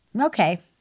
Okay